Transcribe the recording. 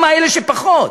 וגם לאלה שפחות,